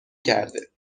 کرده